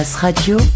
Radio